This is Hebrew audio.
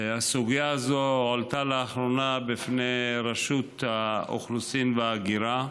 הסוגיה הזאת הועלתה לאחרונה לפני רשות האוכלוסין וההגירה.